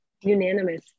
Unanimous